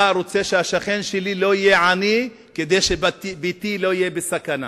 מדינה שבה אני רוצה שהשכן שלי לא יהיה עני כדי שביתי לא יהיה בסכנה,